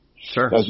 Sure